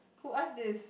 who ask this